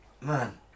Man